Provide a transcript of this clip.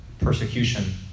persecution